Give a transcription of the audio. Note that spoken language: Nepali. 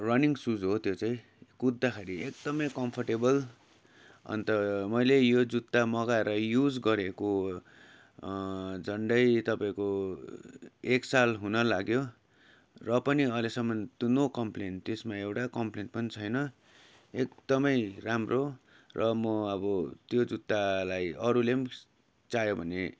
रनिङ सुज हो त्यो चाहिँ कुद्दाखेरि एकदमै कम्फर्टेबल अन्त मैले यो जुत्ता मगाएर युज गरेको झन्डै तपाईँको एक साल हुन लाग्यो र पनि अहिलेसम्म नो कम्प्लेन त्यसमा एउटा कम्प्लेन पनि छैन एकदमै राम्रो र म अब त्यो जुत्तालाई अरूले पनि चाह्यो भने